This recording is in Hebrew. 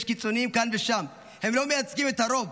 יש קיצוניים כאן ושם, הם לא מייצגים את הרוב.